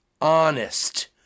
honest